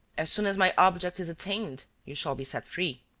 as soon as my object is attained, you shall be set free.